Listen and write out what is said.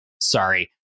Sorry